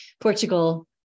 Portugal